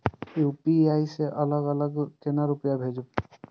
UPI से अलग अलग केना रुपया भेजब